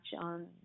on